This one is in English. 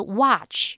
watch